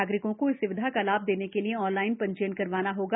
नागरिकों को इस सुविधा का लाभ लेने के लिए ऑनलाइन पंजीयन करवाना होगा